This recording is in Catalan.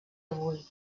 avui